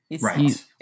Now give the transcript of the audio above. Right